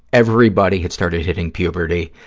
everybody had started hitting puberty.